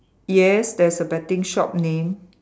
yes there's a betting shop name